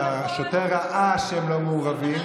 שהשוטר ראה שהם לא מעורבים,